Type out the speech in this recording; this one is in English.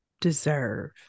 deserve